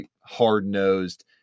hard-nosed